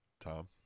Tom